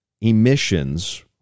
emissions